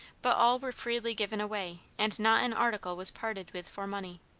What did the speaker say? but all were freely given away, and not an article was parted with for money.